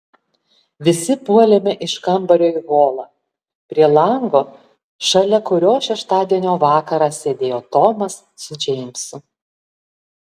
visi puolėme iš kambario į holą prie lango šalia kurio šeštadienio vakarą sėdėjo tomas su džeimsu